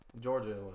Georgia